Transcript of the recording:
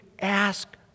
ask